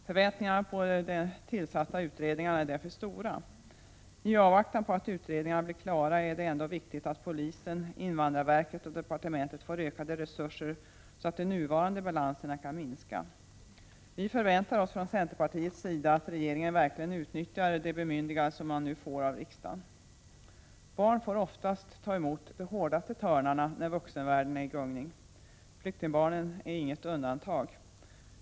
Förväntningarna på de tillsatta utredningarna är därför stora. I avvaktan på att utredningarna blir klara är det ändå viktigt att polisen, invandrarverket och departementet får ökade resurser, så att den nuvarande balansen kan minskas. Vi förväntar oss från centerpartiets sida att regeringen verkligen utnyttjar det bemyndigande som riksdagen nu ger. Barn får oftast ta emot de hårdaste törnarna när vuxenvärlden är i gungning. Flyktingbarnen är inget undantag.